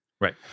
right